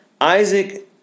Isaac